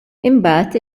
imbagħad